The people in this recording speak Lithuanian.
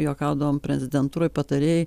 juokaudavom prezidentūroj patarėjai